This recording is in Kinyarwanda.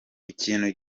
ikintu